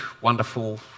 wonderful